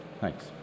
Thanks